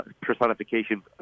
personification